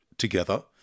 together